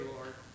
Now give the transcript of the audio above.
Lord